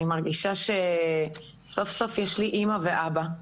אני מרגישה שסוף סוף יש לי אימא ואבא,